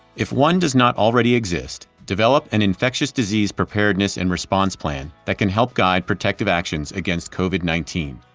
if one does not already exist, develop an infectious disease preparedness and response plan that can help guide protective actions against cauvin. nineteen.